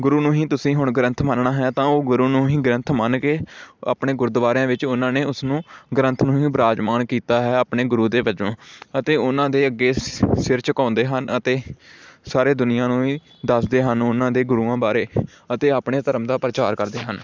ਗੁਰੂ ਨੂੰ ਹੀ ਤੁਸੀਂ ਹੁਣ ਗ੍ਰੰਥ ਮੰਨਣਾ ਹੈ ਤਾਂ ਉਹ ਗੁਰੂ ਨੂੰ ਹੀ ਗ੍ਰੰਥ ਮੰਨ ਕੇ ਆਪਣੇ ਗੁਰਦੁਆਰਿਆਂ ਵਿੱਚ ਉਨ੍ਹਾਂ ਨੇ ਉਸ ਨੂੰ ਗ੍ਰੰਥ ਨੂੰ ਹੀ ਬਿਰਾਜਮਾਨ ਕੀਤਾ ਹੈ ਆਪਣੇ ਗੁਰੂ ਦੇ ਵਜੋਂ ਅਤੇ ਉਨ੍ਹਾਂ ਦੇ ਅੱਗੇ ਸਿ ਸਿਰ ਝੁਕਾਉਂਦੇ ਹਨ ਅਤੇ ਸਾਰੇ ਦੁਨੀਆਂ ਨੂੰ ਹੀ ਦੱਸਦੇ ਹਨ ਉਨ੍ਹਾਂ ਦੇ ਗੁਰੂਆਂ ਬਾਰੇ ਅਤੇ ਆਪਣੇ ਧਰਮ ਦਾ ਪ੍ਰਚਾਰ ਕਰਦੇ ਹਨ